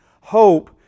hope